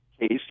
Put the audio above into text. case